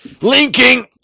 Linking